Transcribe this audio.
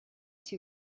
too